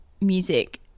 music